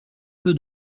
peu